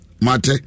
mate